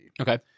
Okay